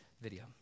video